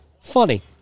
funny